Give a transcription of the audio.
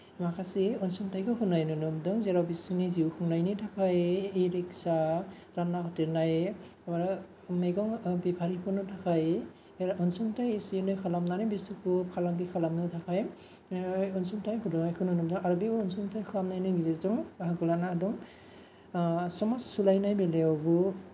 माखासे अनसुंथायखौ होनाय नुनो मोन्दों जेराव बिसोरनि जिउ खुंनायनि थाखाय इ रिक्सा रानना होदेरनाय बा मैगं बेफोरिफोरनि थाखाय अनसुंथाय एसे एनै खालामनानै बिसोरखौ फालांगि खालामनो थाखाय अनसुंथाय होदेरनायखौ नुनो मोन्दों आरो बे अनसुंथाय खालामनायनि गेजेरजों बाहागो लानो हादों समाज सोलायनाय बेलायावबो